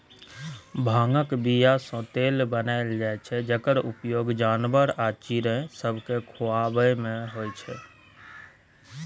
भांगक बीयासँ तेल बनाएल जाइ छै जकर उपयोग जानबर आ चिड़ैं सबकेँ खुआबैमे होइ छै